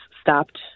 stopped